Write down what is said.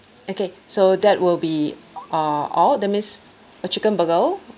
okay so that will be err all that means a chicken burger